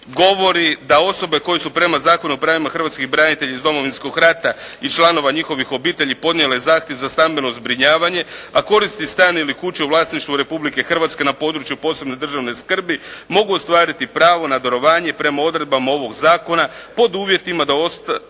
govori da osobe koje su prema Zakonu o pravima hrvatskih branitelja iz Domovinskog rata i članova njihovih obitelji podnijele zahtjev za stambeno zbrinjavanje a koristi stan ili kuću u vlasništvu Republike Hrvatske na području posebne državne skrbi mogu ostvariti pravo na darovanje prema odredbama ovoga Zakona pod uvjetima da odustanu